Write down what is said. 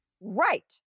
Right